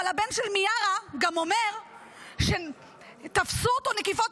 אבל הבן של מיארה גם אומר שתפסו אותו נקיפות